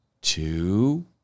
two